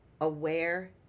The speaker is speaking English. aware